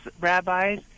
rabbis